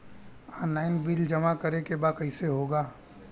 Online bill जमा करे के बा कईसे होगा?